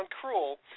cruel